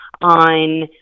on